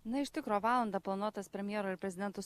na iš tikro valandą planuotas premjero ir prezidento